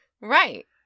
Right